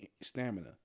stamina